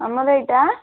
ଆମର ଏଇଟା